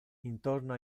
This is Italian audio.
intorno